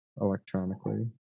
Electronically